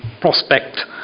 prospect